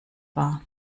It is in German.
war